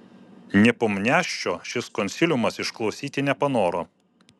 nepomniaščio šis konsiliumas išklausyti nepanoro